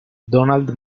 donald